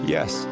Yes